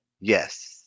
Yes